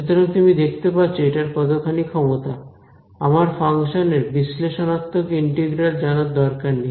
সুতরাং তুমি দেখতে পাচ্ছো এটার কতখানি ক্ষমতা আমার ফাংশনের বিশ্লেষণাত্মক ইন্টিগ্রাল জানার দরকার নেই